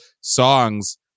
songs